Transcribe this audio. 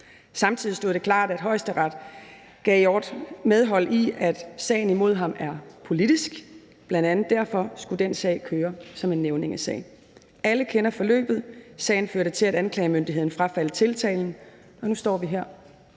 Samtidig stod det klart, at Højesteret gav Claus Hjort Frederiksen medhold i, at sagen imod ham er politisk. Bl.a. derfor skulle den sag køre som en nævningesag. Alle kender forløbet. Sagen førte til, at anklagemyndigheden frafaldt tiltalen,